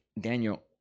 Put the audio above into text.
Daniel